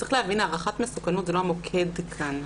צריך להבין, הערכת מסוכנות זה לא המוקד כאן.